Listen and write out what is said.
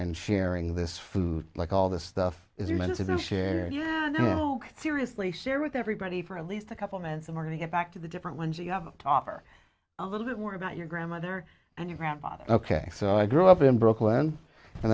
and sharing this food like all this stuff is human this is their share you know seriously share with everybody for at least a couple minutes in order to get back to the different ones you have to offer a little bit more about your grandmother and your grandfather ok so i grew up in brooklyn and